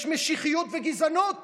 יש משיחיות וגזענות